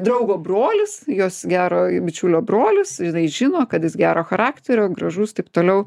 draugo brolis jos gero bičiulio brolis jinai žino kad jis gero charakterio gražus taip toliau